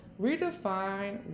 redefine